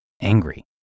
angry